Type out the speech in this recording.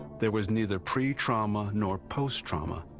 there was neither pre-trauma nor post-trauma.